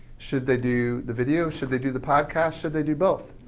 should they do the video? should they do the podcast? should they do both?